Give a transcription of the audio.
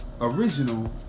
original